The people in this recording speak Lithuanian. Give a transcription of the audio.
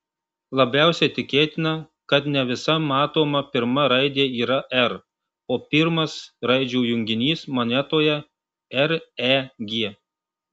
labiausiai tikėtina kad ne visa matoma pirma raidė yra r o pirmas raidžių junginys monetoje reg